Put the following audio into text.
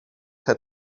had